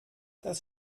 das